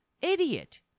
idiot